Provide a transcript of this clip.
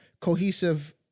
cohesive